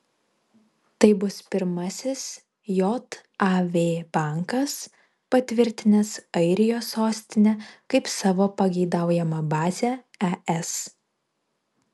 tai bus pirmasis jav bankas patvirtinęs airijos sostinę kaip savo pageidaujamą bazę es